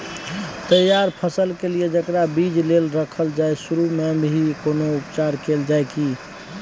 तैयार फसल के लिए जेकरा बीज लेल रखल जाय सुरू मे भी कोनो उपचार कैल जाय की?